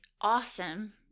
awesome